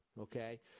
Okay